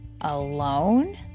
alone